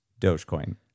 Dogecoin